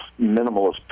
minimalist